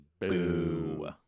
Boo